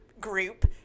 group